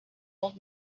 old